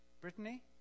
Brittany